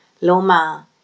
Loma